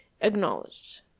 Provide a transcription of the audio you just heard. acknowledged